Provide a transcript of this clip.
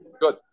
Good